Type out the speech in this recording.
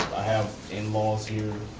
have in-laws here,